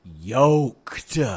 yoked